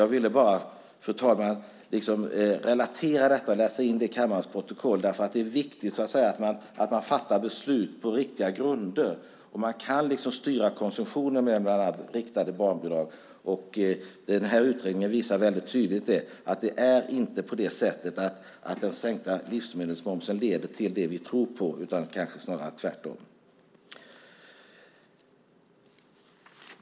Jag ville bara relatera till detta och läsa in det i kammarens protokoll, för det är viktigt att man fattar beslut på riktiga grunder. Och man kan styra konsumtionen med bland annat riktade barnbidrag. Denna utredning visar väldigt tydligt att det inte är på det sättet att den sänkta livsmedelsmomsen leder till det vi tror, utan kanske snarare tvärtom.